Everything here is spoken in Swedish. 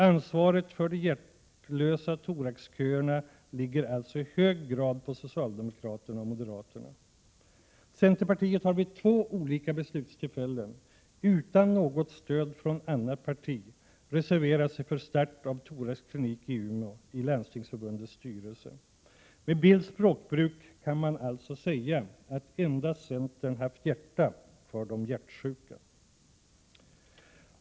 Ansvaret för de hjärtlösa thoraxköerna ligger alltså i hög grad på socialdemokraterna och moderaterna. Centerpartiet har vid två olika beslutstillfällen utan stöd från något annat parti i Landstingsförbundets styrelse reserverat sig för start av klinik i Umeå. Med Carl Bildts språkbruk kan man alltså säga att endast centern haft hjärta för de hjärtsjuka.